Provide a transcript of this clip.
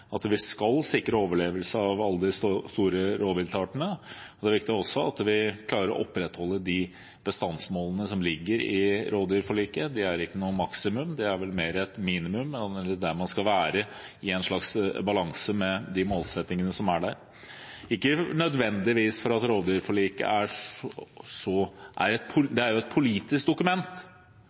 at vi skal sikre overlevelse av alle de store rovviltartene. Det er også viktig at vi klarer å opprettholde de bestandsmålene som ligger i rovdyrforliket. Det er ikke noe maksimum, det er vel mer et minimum av der man skal være i en slags balanse mellom de målsettingene som er der. Rovdyrforliket er jo et politisk dokument og vedtak, men allikevel: Det er